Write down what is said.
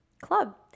Club